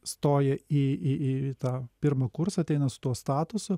stoja į į į tą pirmą kursą ateina su tuo statusu